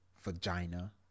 vagina